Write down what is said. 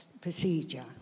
procedure